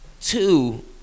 Two